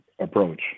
approach